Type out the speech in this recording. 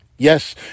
Yes